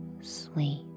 sleep